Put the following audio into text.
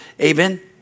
Amen